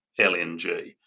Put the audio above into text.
LNG